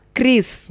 Chris